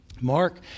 Mark